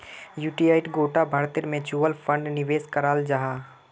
युटीआईत गोटा भारतेर म्यूच्यूअल फण्ड निवेश कराल जाहा